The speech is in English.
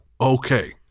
Okay